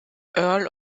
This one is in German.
earl